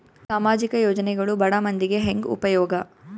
ಸಾಮಾಜಿಕ ಯೋಜನೆಗಳು ಬಡ ಮಂದಿಗೆ ಹೆಂಗ್ ಉಪಯೋಗ?